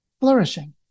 flourishing